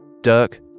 Dirk